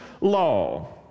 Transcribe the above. law